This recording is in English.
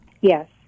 Yes